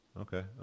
Okay